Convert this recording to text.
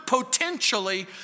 potentially